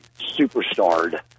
superstarred